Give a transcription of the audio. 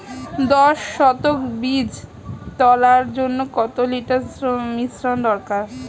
দশ শতক বীজ তলার জন্য কত লিটার মিশ্রন দরকার?